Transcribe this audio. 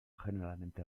generalmente